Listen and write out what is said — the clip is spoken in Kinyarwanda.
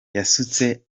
yasutse